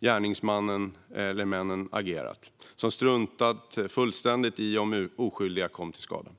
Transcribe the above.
gärningsmannen eller gärningsmännen agerat. Man har fullständigt struntat i om oskyldiga kom till skada.